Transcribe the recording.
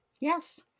Yes